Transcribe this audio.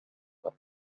سكر